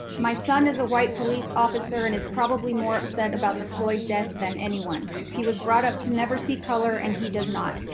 my son is a white police officer and is probably more upset about the floyd death than anyone. he was brought up to never see color and he does not.